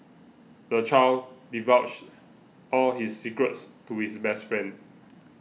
the child divulged all his secrets to his best friend